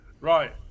Right